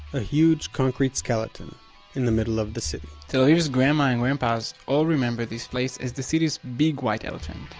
a huge concrete skeleton in the middle of the city tel aviv's grandma and grandpas all remember this place as the city's big white elephant